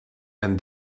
and